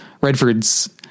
Redford's